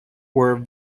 were